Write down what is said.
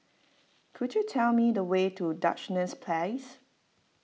could you tell me the way to Duchess Place